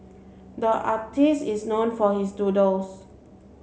the artist is known for his doodles